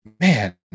man